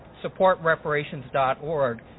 supportreparations.org